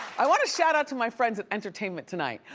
i wanna shout out to my friends at entertainment tonight.